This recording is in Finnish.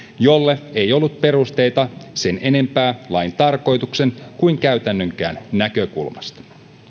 jolle ei ollut perusteita sen enempää lain tarkoituksen kuin käytännönkään näkökulmasta